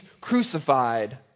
crucified